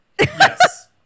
Yes